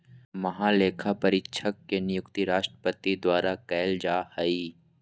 महालेखापरीक्षक के नियुक्ति राष्ट्रपति द्वारा कइल जा हइ